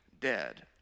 dead